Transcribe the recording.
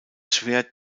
schwert